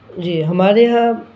جی ہمارے یہاں